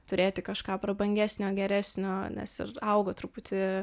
turėti kažką prabangesnio geresnio nes ir augotruputį